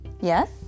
Yes